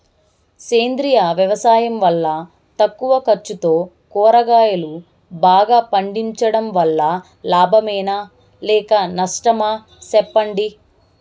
సేంద్రియ వ్యవసాయం వల్ల తక్కువ ఖర్చుతో కూరగాయలు బాగా పండించడం వల్ల లాభమేనా లేక నష్టమా సెప్పండి